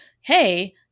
hey